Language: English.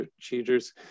procedures